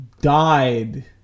died